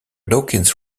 dawkins